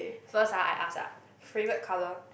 first ah I ask ah favourite colour